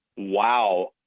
wow